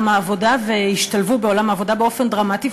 העבודה והשתלבו בעולם העבודה באופן דרמטי,